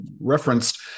referenced